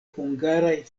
hungaraj